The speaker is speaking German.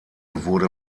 wurde